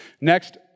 Next